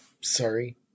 Sorry